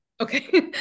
Okay